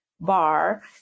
bar